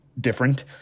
different